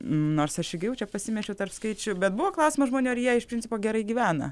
nors aš irgi jau čia pasimečiau tarp skaičių bet buvo klausiama žmonių ar jie iš principo gerai gyvena